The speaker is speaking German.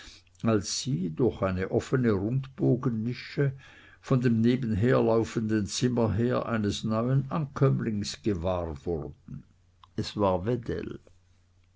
als sie durch eine offne rundbogennische von dem nebenherlaufenden zimmer her eines neuen ankömmlings gewahr wurden es war